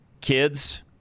kids